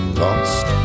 lost